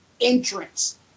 entrance